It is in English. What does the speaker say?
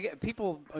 people